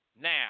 Now